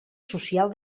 social